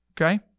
Okay